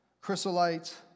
chrysolite